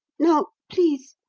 now, please,